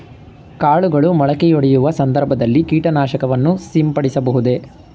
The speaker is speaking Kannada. ಕಾಳುಗಳು ಮೊಳಕೆಯೊಡೆಯುವ ಸಂದರ್ಭದಲ್ಲಿ ಕೀಟನಾಶಕವನ್ನು ಸಿಂಪಡಿಸಬಹುದೇ?